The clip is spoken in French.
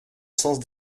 sens